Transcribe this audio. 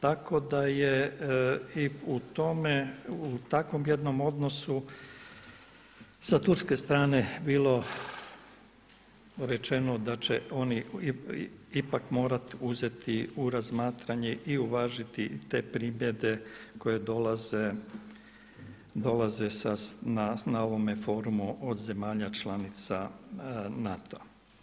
Tako da je i u tome, u takvom jednom odnosu sa Turske strane bilo rečeno da će oni ipak morati uzeti u razmatranje i uvažiti te primjedbe koje dolaze na ovome forumu od zemalja članica NATO-a.